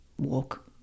walk